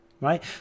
right